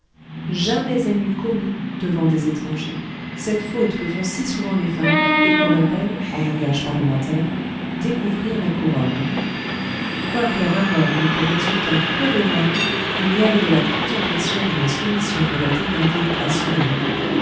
jamais elle n'eût commis devant des étrangers cette faute que font si souvent les femmes et qu'on appelle en langage parlementaire découvrir la couronne quoique leur accord n'eût pour résultat que le mal il y avait de la contemplation dans la soumission de la thénardier à son mari